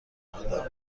ادم